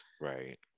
Right